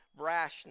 brashness